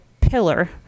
pillar